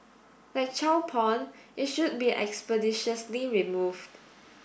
like child porn it should be expeditiously removed